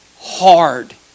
hard